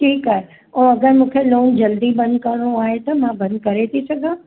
ठीकु आहे ऐं अगरि मूंखे लोन जल्दी बंदि करणो आहे त मां बंदि करे थी सघां